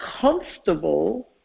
comfortable